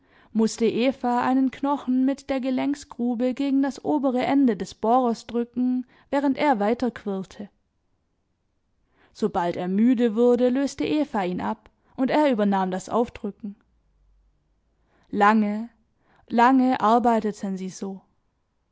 mußte eva einen knochen mit der gelenksgrube gegen das obere ende des bohrers drücken während er weiter quirlte sobald er müde wurde löste eva ihn ab und er übernahm das aufdrücken lange lange arbeiteten sie so